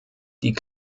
die